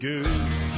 Goose